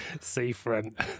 seafront